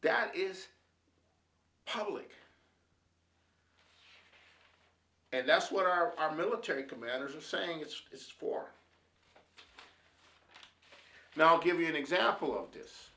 that is public and that's what our our military commanders are saying it's just for now give me an example of this